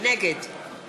נגד